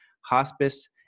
Hospice